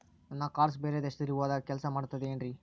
ನನ್ನ ಕಾರ್ಡ್ಸ್ ಬೇರೆ ದೇಶದಲ್ಲಿ ಹೋದಾಗ ಕೆಲಸ ಮಾಡುತ್ತದೆ ಏನ್ರಿ?